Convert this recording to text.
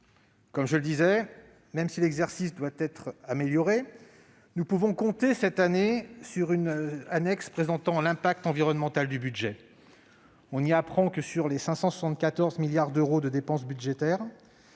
Comme je le soulignais, même si l'exercice doit être amélioré, nous pouvons compter cette année sur une annexe présentant l'impact environnemental du budget. On y apprend que 91 % des 574 milliards d'euros de dépenses budgétaires